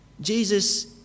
Jesus